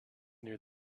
near